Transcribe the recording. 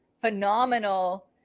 phenomenal